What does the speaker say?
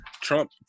Trump